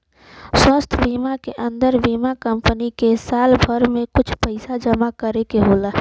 स्वास्थ बीमा के अन्दर बीमा कम्पनी के साल भर में कुछ पइसा जमा करे के होला